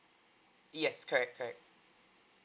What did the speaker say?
yes correct correct